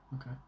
Okay